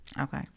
Okay